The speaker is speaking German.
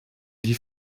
die